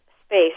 space